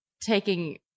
taking